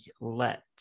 let